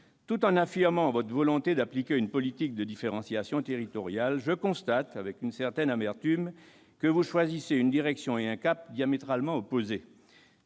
Tout en affirmant votre volonté d'appliquer une politique de différenciation territoriale, madame la ministre, je constate avec une certaine amertume que vous choisissez une direction et un cap diamétralement opposés.